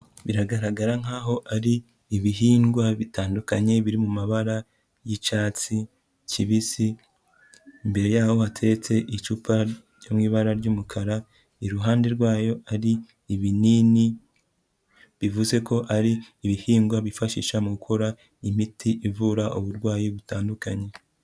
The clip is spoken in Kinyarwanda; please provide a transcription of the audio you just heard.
Biragaragara nkahoa ari ibihingwa bitandukanye biri mu mabara y'icyatsi kibisi, imbere yaho hateretse icupa ryo mu ibara ry'umukara, iruhande rwayo ari ibinini, bivuze ko ari ibihingwa bifashisha mu gukora imiti ivura uburwayi butandukanye.